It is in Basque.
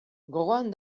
gogoan